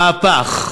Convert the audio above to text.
מהפך.